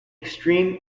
extreme